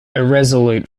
irresolute